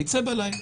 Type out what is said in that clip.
יצא בלילה.